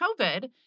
COVID